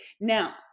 Now